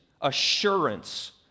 assurance